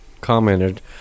commented